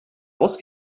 aus